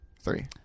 three